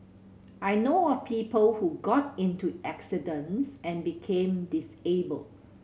I know of people who got into accidents and became disabled